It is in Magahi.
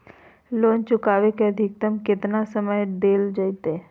लोन चुकाबे के अधिकतम केतना समय डेल जयते?